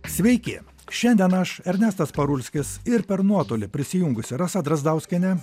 sveiki šiandien aš ernestas parulskis ir per nuotolį prisijungusi rasa drazdauskienė